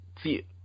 See